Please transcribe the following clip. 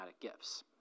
gifts